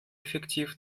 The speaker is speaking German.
effektiv